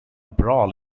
brawl